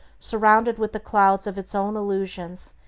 surrounded with the clouds of its own illusions,